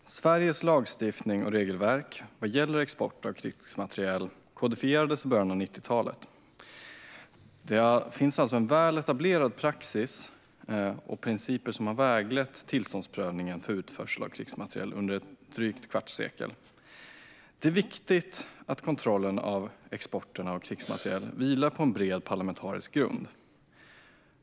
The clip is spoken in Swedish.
Herr talman! Sveriges lagstiftning och regelverk vad gäller export av krigsmateriel kodifierades i början av 90-talet. Det finns alltså en väl etablerad praxis och principer som har väglett tillståndsprövningen för utförsel av krigsmateriel under ett drygt kvartssekel. Det är viktigt att kontrollen av exporten av krigsmateriel vilar på en bred parlamentarisk grund.